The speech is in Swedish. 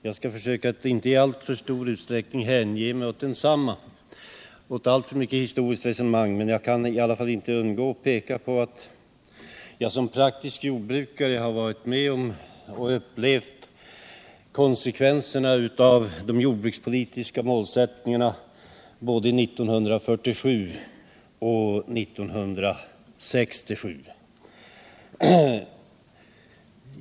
Jag skall försöka att inte i alltför stor utsträckning hänge mig åt historiskt resonemang, men jag kan inte underlåta att peka på att jag som praktisk jordbrukare upplevt konsekvenserna av de jordbrukspolitiska målsättningarna både 1947 och 1967.